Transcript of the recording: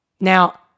Now